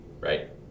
Right